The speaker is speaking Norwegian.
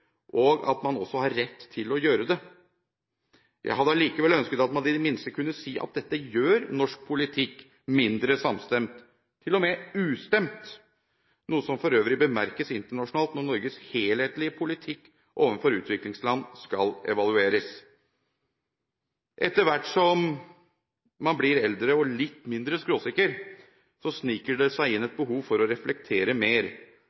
og at man også har rett til å gjøre det. Jeg hadde allikevel ønsket at man i det minste kunne si at dette gjør norsk politikk mindre samstemt – til og med ustemt – noe som for øvrig bemerkes internasjonalt når Norges helhetlige politikk overfor utviklingsland skal evalueres. Etter hvert som man blir eldre og litt mindre skråsikker, sniker det seg inn et behov for å reflektere mer.